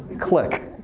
click.